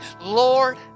Lord